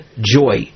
joy